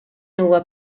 huwa